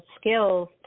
skills